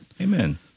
Amen